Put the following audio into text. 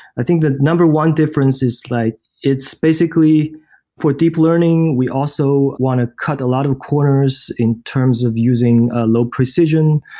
i think the number one difference is like it's basically for deep learning, we also want to cut a lot of corners in terms of using ah low precision.